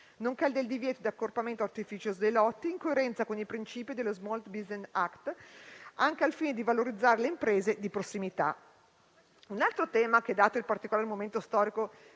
nonché il divieto di accorpamento artificioso dei lotti, in coerenza con i principi dello *small business act*, anche al fine di valorizzare le imprese di prossimità. Un altro tema che, dato il particolare momento storico